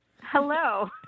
Hello